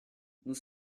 nous